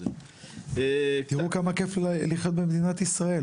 תראו כמה כיף לחיות במדינת ישראל,